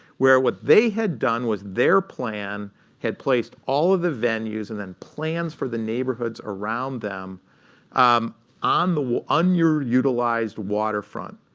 where what they had done was their plan had placed all of the venues and then plans for the neighborhoods around them um on the underutilized waterfront.